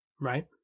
Right